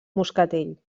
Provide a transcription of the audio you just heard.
moscatell